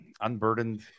unburdened